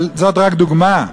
אבל זו רק דוגמה.